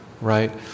right